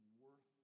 worth